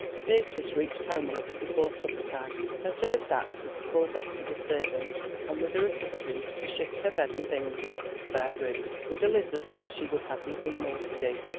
beatrice reached home a little before supper time. her first act was to call betty the servant and with her assistance to shift her bed and things into the spare room. with elizabeth she would have nothing more to do.